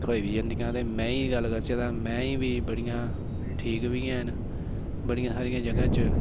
थोई बी जंदियां न ते मैही दी गल्ल करचैं तां ठीक बी ऐ न बड़ियैं सारी जगह् च